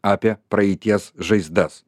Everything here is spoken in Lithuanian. apie praeities žaizdas